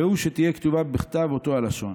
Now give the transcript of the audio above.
והוא, שתהיה כתובה בכתב אותה לשון.